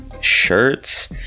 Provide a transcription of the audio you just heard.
shirts